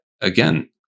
again